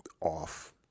off